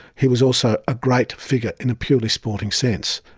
he was also a great figure in a purely sporting sense.